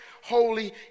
holy